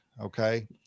okay